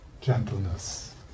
gentleness